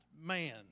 man